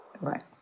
Right